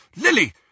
Lily